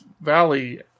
Valley